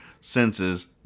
senses